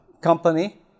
company